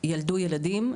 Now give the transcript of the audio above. ילדו ילדים,